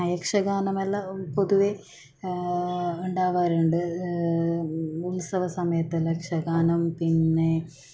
യക്ഷഗാനമെല്ലാം പൊതുവെ ഉണ്ടാവാറുണ്ട് ഉത്സവസമയത്ത് യക്ഷഗാനം പിന്നെ